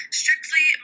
strictly